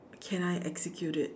can I execute it